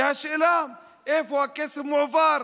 והשאלה היא לאיפה הכסף מועבר,